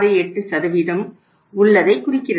68 உள்ளதை குறிக்கிறது